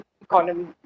economy